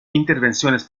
intervenciones